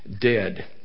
dead